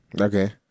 Okay